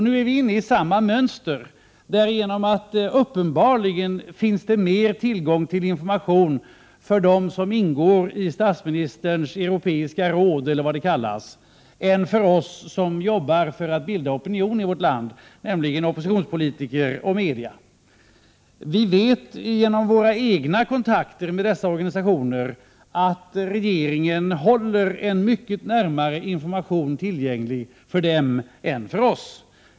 Nu är vi inne i samma mönster, därigenom att det uppenbarligen finns tillgång till mer information för dem som ingår i statsministerns europeiska råd, eller vad det kallas, än för oss som arbetar för att bilda opinion i vårt land, nämligen oppositionspolitiker och media. Vi vet genom våra egna kontakter med dessa organisationer att regeringen håller en mycket närmare information tillgänglig för dem än för oss.